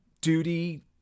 duty